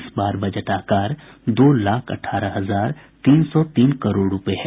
इस बार बजट आकार दो लाख अठारह हजार तीन सौ तीन करोड़ रूपये है